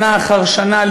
שנה אחר שנה,